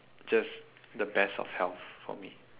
just the best of health for me